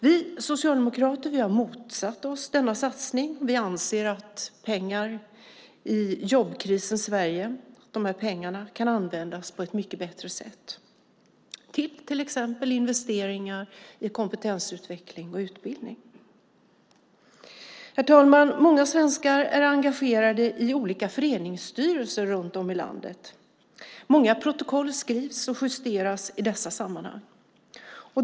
Vi socialdemokrater har motsatt oss denna satsning. Vi anser att pengar i jobbkrisens Sverige kan användas på ett mycket bättre sätt, till exempelvis investeringar i kompetensutveckling och utbildning. Herr talman! Många svenskar är engagerade i olika föreningsstyrelser runt om i landet. Många protokoll skrivs och justeras i dessa sammanhang.